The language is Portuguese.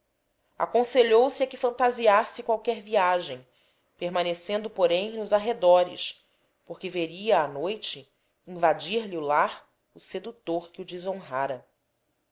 tardança aconselhou o a que fantasiasse qualquer viagem permanecendo porém nos arredores porque veria à noite invadir lhe o lar o sedutor que o desonrara